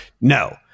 No